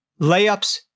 layups